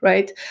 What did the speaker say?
right?